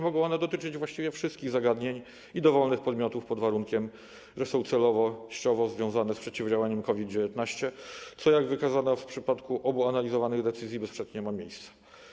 Mogą one dotyczyć właściwie wszystkich zagadnień i dowolnych podmiotów, pod warunkiem że są celowościowo związane z przeciwdziałaniem COVID-19, co jak wykazano w przypadku obu analizowanych decyzji, bezsprzecznie ma miejsce.